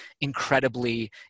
incredibly